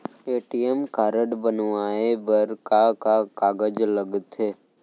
ATM card बनवाये बर का का कागज लगथे?